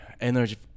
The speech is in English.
energy